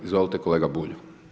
Izvolite, kolega Bulj.